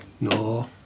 No